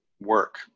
work